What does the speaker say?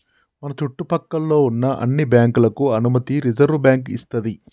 మన చుట్టు పక్కల్లో ఉన్న అన్ని బ్యాంకులకు అనుమతి రిజర్వుబ్యాంకు ఇస్తది